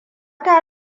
ta